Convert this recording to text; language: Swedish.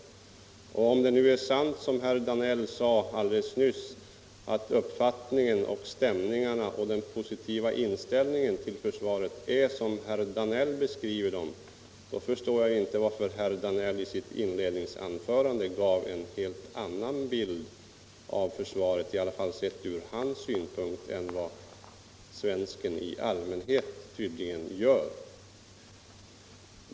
Om det som herr Danell sade alldeles nyss om stämningarna och den positiva inställningen till försvaret är sant förstår jag inte varför herr Danell i sitt inledningsanförande gav en helt annan bild, i alla fall sett ur hans synvinkel, av försvaret än vad den svenska allmänheten tydligen har.